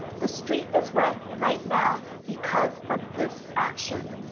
the street is wet right now because of this action.